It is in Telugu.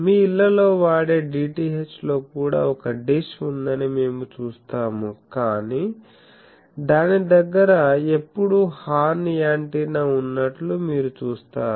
మీ ఇళ్లలో వాడే డిటిహెచ్ లో కూడా ఒక డిష్ ఉందని మేము చూస్తాము కాని దాని దగ్గర ఎప్పుడూ హార్న్ యాంటెన్నా ఉన్నట్లు మీరు చూస్తారు